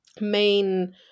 main